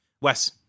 Wes